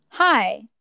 Hi